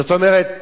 זאת אומרת,